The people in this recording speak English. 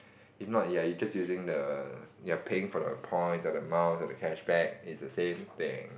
if not you're you just using the you are paying for the points or the mouse or the cashback is the same thing